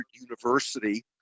university